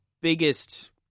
biggest